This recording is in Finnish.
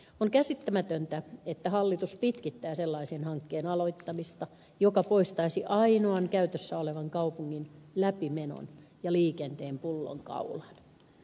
on käsittämätöntä että hallitus pitkittää sellaisen hankkeen aloittamista joka poistaisi ainoan käytössä olevan kaupungin läpimenon ja liikenteen pullonkaulan